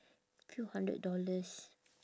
few hundred dollars